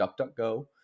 DuckDuckGo